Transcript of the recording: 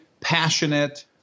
passionate